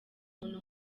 umuntu